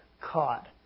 caught